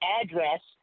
address